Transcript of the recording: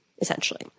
essentially